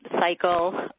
cycle